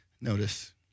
Notice